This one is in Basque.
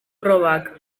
probak